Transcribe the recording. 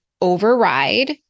override